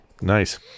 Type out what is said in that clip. Nice